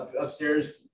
upstairs